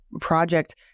project